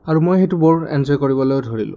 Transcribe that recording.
আৰু মই সেইটো বৰ এনজয় কৰিবলৈ ধৰিলোঁ